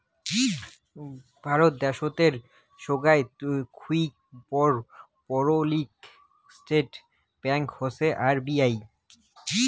ভারত দ্যাশোতের সোগায় থুই বড় পাবলিক সেক্টর ব্যাঙ্ক হসে আর.বি.এই